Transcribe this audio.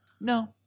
No